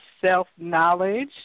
self-knowledge